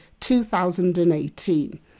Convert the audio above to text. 2018